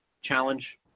Challenge